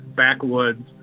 backwoods